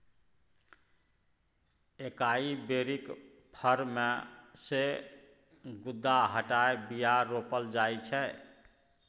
एकाइ बेरीक फर मे सँ गुद्दा हटाए बीया रोपल जाइ छै